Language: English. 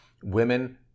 Women